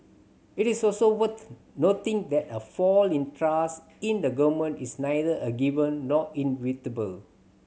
it is also worth noting that a fall in trust in the Government is neither a given nor inevitable